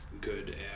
good